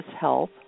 health